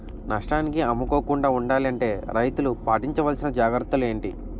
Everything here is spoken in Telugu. నష్టానికి అమ్ముకోకుండా ఉండాలి అంటే రైతులు పాటించవలిసిన జాగ్రత్తలు ఏంటి